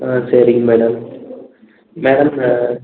ஆ சரிங்க madam madam